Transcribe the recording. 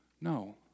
No